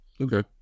Okay